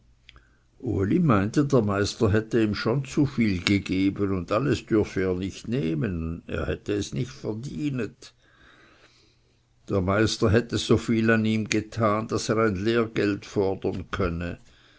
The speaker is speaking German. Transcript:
meinte der meister hätte ihm schon zu viel gegeben und alles dürfte er nicht nehmen er hätte es nicht verdienet der meister hätte so viel an ihm getan daß er ein lehrgeld fordern könnte